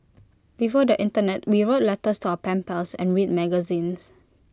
before the Internet we wrote letters to our pen pals and read magazines